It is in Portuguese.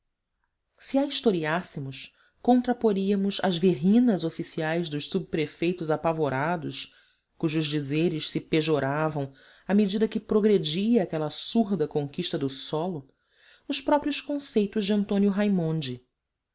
passagem se a historiássemos contraporíamos às verrinas oficiais dos subprefeitos apavorados cujos dizeres se pejoravam à medida que progredia aquela surda conquista do solo os próprios conceitos de antonio raimondi